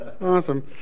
Awesome